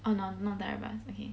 oh no not direct bus okay